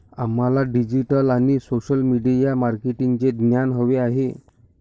आम्हाला डिजिटल आणि social media मार्केटिंगचे ज्ञान हवे आहे